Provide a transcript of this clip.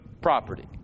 property